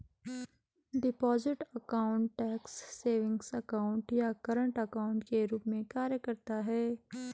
deposit account tax savings account या current account के रूप में कार्य करता है